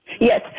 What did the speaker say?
Yes